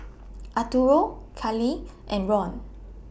Arturo Kaley and Ron